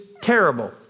terrible